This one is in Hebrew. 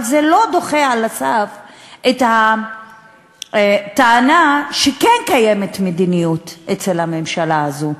אבל זה לא דוחה על הסף את הטענה שכן קיימת מדיניות אצל הממשלה הזאת,